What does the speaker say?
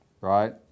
right